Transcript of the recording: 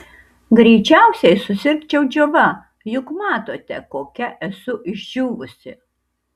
greičiausiai susirgčiau džiova juk matote kokia esu išdžiūvusi